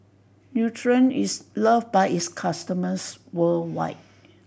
Nutren is loved by its customers worldwide